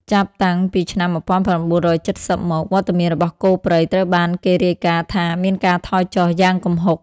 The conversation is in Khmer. ចាប់តាំងពីឆ្នាំ ១៩៧០ មក វត្តមានរបស់គោព្រៃត្រូវបានគេរាយការណ៍ថាមានការថយចុះយ៉ាងគំហុក។